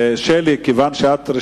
את השואלת הראשונה.